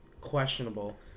questionable